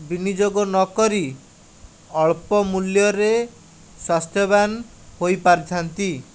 ବିନିଜୋଗ ନକରି ଅଳ୍ପ ମୂଲ୍ୟରେ ସ୍ୱାସ୍ଥ୍ୟବାନ ହୋଇପାରିଥାନ୍ତି